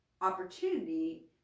opportunity